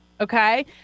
okay